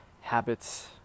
habits